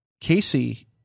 Casey